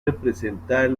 representar